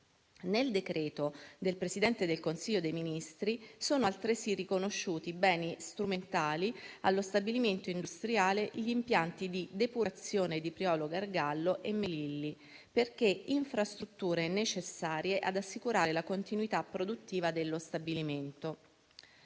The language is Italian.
Nel decreto del Presidente del Consiglio dei ministri sono altresì riconosciuti beni strumentali allo stabilimento industriale gli impianti di depurazione di Priolo Gargallo e Melilli, perché infrastrutture necessarie ad assicurare la continuità produttiva dello stabilimento.